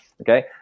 Okay